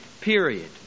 period